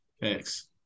Thanks